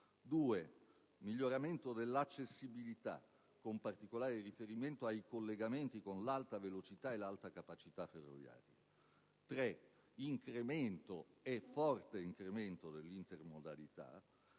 miglioramento dell'accessibilità con particolare riferimento ai collegamenti con l'alta velocità e l'alta capacità ferroviaria; forte incremento dell'intermodalità;